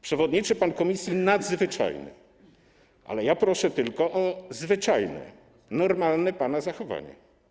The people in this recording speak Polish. Przewodniczy pan Komisji Nadzwyczajnej, ale ja proszę tylko o zwyczajne, normalne pana zachowanie.